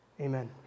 Amen